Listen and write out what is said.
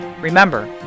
Remember